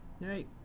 right